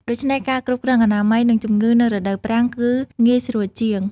ដូច្នេះការគ្រប់គ្រងអនាម័យនិងជំងឺនៅរដូវប្រាំងគឺងាយស្រួលជាង។